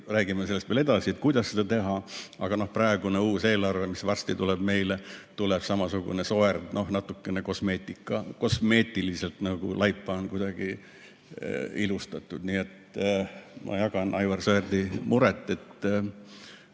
räägime sellest veel edasi, kuidas seda teha, aga praegune uus eelarve, mis varsti tuleb meile, tuleb samasugune soerd, no natukene kosmeetiliselt nagu laipa on kuidagi ilustatud. Nii et ma jagan Aivar Sõerdi muret.